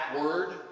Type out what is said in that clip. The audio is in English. word